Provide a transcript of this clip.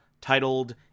titled